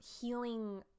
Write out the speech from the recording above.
healing